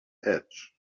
edge